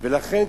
ולכן,